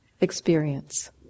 experience